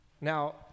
Now